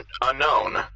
Unknown